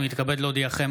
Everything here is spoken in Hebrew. אני מתכבד להודיעכם,